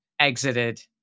exited